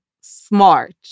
smart